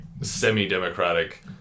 semi-democratic